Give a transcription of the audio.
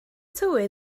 tywydd